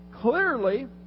clearly